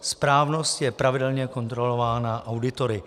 Správnost je pravidelně kontrolována auditory.